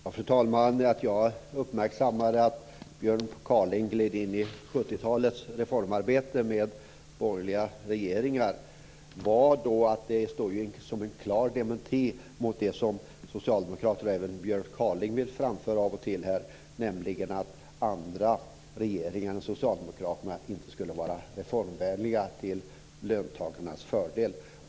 Fru talman! Anledningen till att jag uppmärksammade att Björn Kaaling gled in i 70-talets reformarbete med borgerliga regeringar var att det stod som en klar dementi mot det som socialdemokraterna och även Björn Kaaling av och till vill framföra, nämligen att andra regeringar än socialdemokratiska inte skulle vara reformvänliga till löntagarnas fördel.